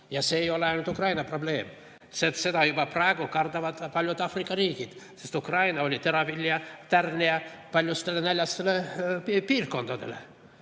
Ja see ei ole ainult Ukraina probleem. Seda juba praegu kardavad paljud Aafrika riigid, sest Ukraina oli teravilja tarnija paljudele näljastele piirkondadele.